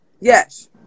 Yes